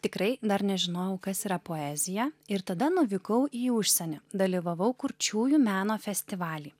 tikrai dar nežinojau kas yra poezija ir tada nuvykau į užsienį dalyvavau kurčiųjų meno festivaly